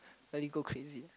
likely go crazy